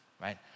right